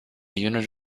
unit